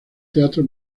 teatro